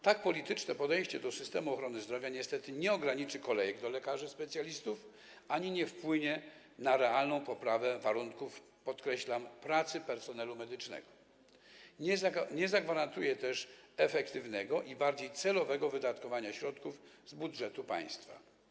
Tak polityczne podejście do systemu ochrony zdrowia niestety nie ograniczy kolejek do lekarzy specjalistów ani nie wpłynie na realną poprawę warunków, podkreślam, pracy personelu medycznego, nie zagwarantuje też efektywnego i bardziej celowego wydatkowania środków z budżetu państwa.